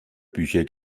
bücher